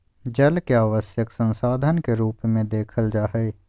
जल के आवश्यक संसाधन के रूप में देखल जा हइ